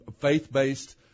faith-based